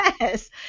Yes